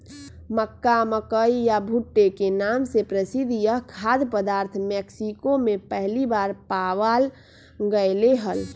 मक्का, मकई या भुट्टे के नाम से प्रसिद्ध यह खाद्य पदार्थ मेक्सिको में पहली बार पावाल गयले हल